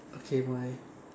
okay my